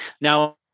now